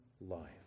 life